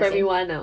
primary one ah oh